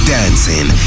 dancing